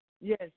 Yes